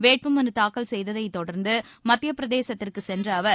வேட்பு மனு தாக்கல் செய்ததை தொடர்ந்து மத்தியப்பிரதேசத்திற்கு சென்ற அவர்